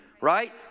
Right